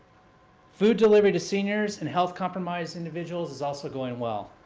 food delivery to seniors and health compromised individuals is also going well.